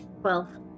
Twelve